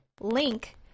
link